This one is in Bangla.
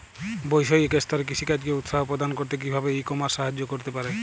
বৈষয়িক স্তরে কৃষিকাজকে উৎসাহ প্রদান করতে কিভাবে ই কমার্স সাহায্য করতে পারে?